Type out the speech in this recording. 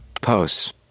posts